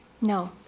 No